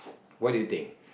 what do you think